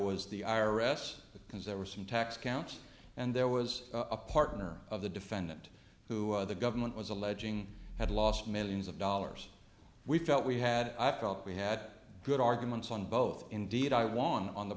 was the i r s because there were some tax counts and there was a partner of the defendant who are the government was alleging had lost millions of dollars we felt we had i felt we had good arguments on both indeed i won on the